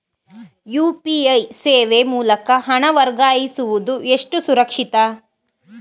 UPI ಸೇವೆ ಮೂಲಕ ಹಣ ವರ್ಗಾಯಿಸುವುದು ಎಷ್ಟು ಸುರಕ್ಷಿತ?